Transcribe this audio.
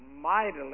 mightily